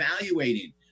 evaluating